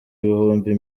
ibihumbi